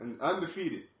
undefeated